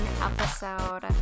episode